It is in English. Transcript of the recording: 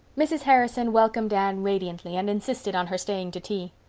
mrs. harrison welcomed anne radiantly and insisted on her staying to tea.